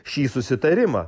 šį susitarimą